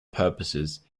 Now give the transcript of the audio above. purposes